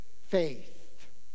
faith